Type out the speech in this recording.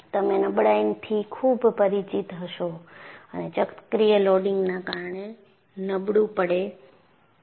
તમે નબળાઈથી ખૂબ પરિચિત હશો અને ચક્રીય લોડિંગના કારણે નબળું પડે છે